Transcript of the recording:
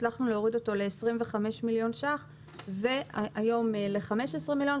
הצלחנו להוריד אותו ל-25 מיליון שקלים והיום ל-15 מיליון.